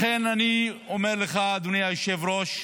לכן אני אומר לך, אדוני היושב-ראש,